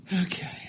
okay